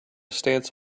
stance